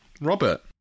Robert